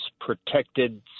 protected